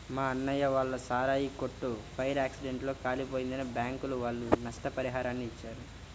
మా అన్నయ్య వాళ్ళ సారాయి కొట్టు ఫైర్ యాక్సిడెంట్ లో కాలిపోయిందని బ్యాంకుల వాళ్ళు నష్టపరిహారాన్ని ఇచ్చారు